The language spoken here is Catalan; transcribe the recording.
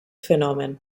fenomen